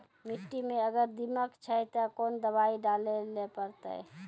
मिट्टी मे अगर दीमक छै ते कोंन दवाई डाले ले परतय?